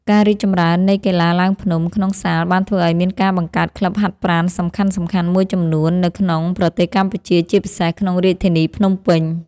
ការរីកចម្រើននៃកីឡាឡើងភ្នំក្នុងសាលបានធ្វើឱ្យមានការបង្កើតក្លឹបហាត់ប្រាណសំខាន់ៗមួយចំនួននៅក្នុងប្រទេសកម្ពុជា ជាពិសេសក្នុងរាជធានីភ្នំពេញ។